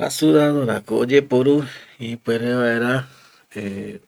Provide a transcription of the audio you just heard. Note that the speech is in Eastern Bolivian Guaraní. Rasuradorako oyeporu ipuere vaera eh